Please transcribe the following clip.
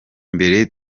mbere